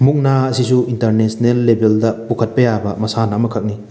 ꯃꯨꯛꯅꯥ ꯑꯁꯤꯁꯨ ꯏꯟꯇꯔꯅꯦꯁꯅꯦꯜ ꯂꯦꯚꯦꯜꯗ ꯄꯨꯈꯠꯄ ꯌꯥꯕ ꯃꯁꯥꯟꯅ ꯑꯃꯈꯛꯅꯤ